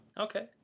Okay